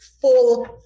full